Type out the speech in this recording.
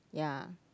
ya